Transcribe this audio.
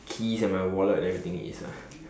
keys and my wallet everything is ah